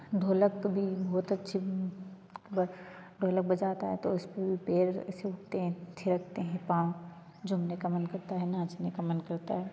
ढोलक भी बहुत अच्छी मतलब ढोलक बजाता है तो उसमें भी पैर ऐसे उठते हैं थिरकते हैं पाँव झूमने का मन करता है नाचने का मन करता है